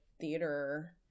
theater